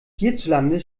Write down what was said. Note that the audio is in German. hierzulande